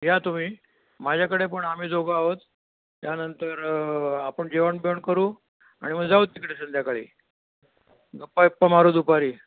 या तुम्ही माझ्याकडे पण आम्ही दोघं आहोत त्यानंतर आपण जेवण बिवण करू आणि मग जाऊ तिकडे संध्याकाळी गप्पा बिप्पा मारू दुपारी